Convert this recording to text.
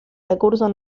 recursos